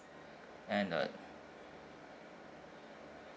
and the